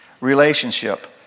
Relationship